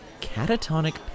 Catatonic